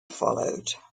followed